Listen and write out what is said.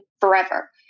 forever